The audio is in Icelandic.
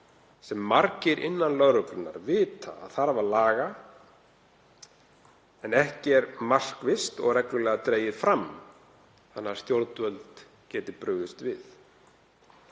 sem margir innan lögreglunnar vita að þarf að laga en ekki eru markvisst og reglulega dregin fram þannig að stjórnvöld geti brugðist við.